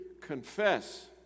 confess